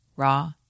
raw